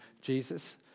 Jesus